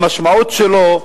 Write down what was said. במשמעות שלו,